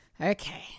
Okay